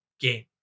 game